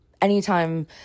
Anytime